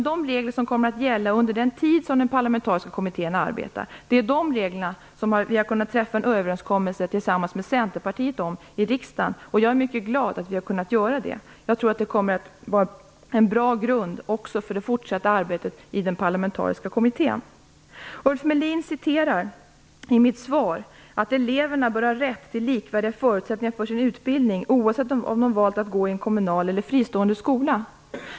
De regler som kommer att gälla under den tid som den parlamentariska kommittén arbetar är de som vi har kunnat träffa en överenskommelse om tillsammans med Centerpartiet i riksdagen. Jag är mycket glad över att vi har kunnat göra detta. Jag tror att det kommer att vara en bra grund också för det fortsatta arbetet i den parlamentariska kommittén. Ulf Melin citerar från mitt svar att eleverna bör ha rätt till likvärdiga förutsättningar för sin utbildning oavsett om de valt att gå i en kommunal eller fristående skola.